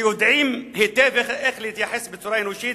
שיודעים היטב איך להתייחס בצורה אנושית